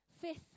Fifth